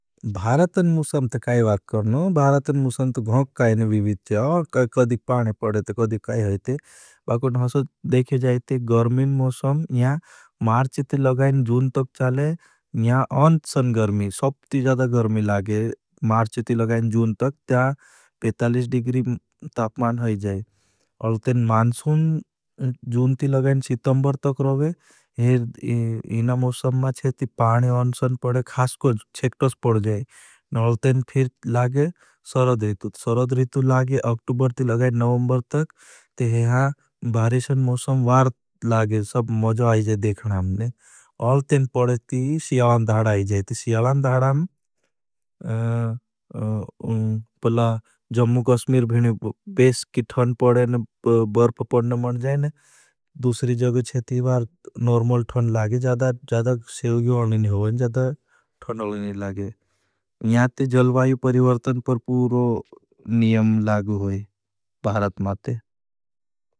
भारतन मुसम ते काई बात करनो, भारतन मुसम ते गहक काईन विवित चे। कदिक पाने पड़ेते, कदिक काई हैते। बाकों हसो देखे जाएते, गर्मिन मुसम यह मार्ची ती लगाएं जून तक चाले। यह अन्सन गर्मी, सब्ती जदा गर्मी लगे, मार्ची ती लगाएं जून तक, त्या पैतालीस डिग्री तापमान होई जाए। मार्ची ती लगाएं जून ती लगाएं शितम्बर तक रोगे, हीना मुसम मा छे ती पाने अन्सन पड़े, खास कोई छेक्टोस पड़ जाए। अल तेन फिर लगे सरद रितू, सरद रितू लगे, अक्टूबर ती लगाएं नवंबर तक, ते हेहा भरेशन मुसम वार ल पड़े न बर्फ पड़ न मन जाए न, दूसरी जग छे ती बार नूर्मल ठंड लगे, जदा, जदा सेलगी वालनी होगे न, जदा ठंड वालनी लगे। यहाँ ते जल वायू परिवर्तन पर पूरो नियम लागो होई, भारत मा ते।